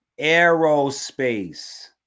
Aerospace